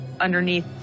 underneath